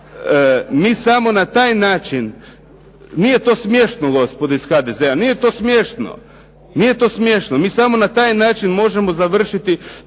Mi samo na taj način, nije to smiješno gospodo iz HDZ-a, nije to smiješno, mi samo na taj način možemo završiti